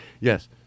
Yes